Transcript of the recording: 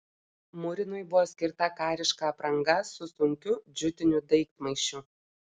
murinui buvo skirta kariška apranga su sunkiu džiutiniu daiktmaišiu